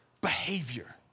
behavior